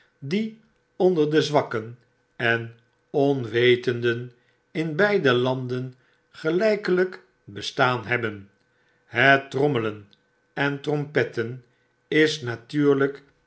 die onder de zwakken en onwetenden in beide landen gelijkelyk bestaan hebben het trommelen en trompetten is natuurlrjk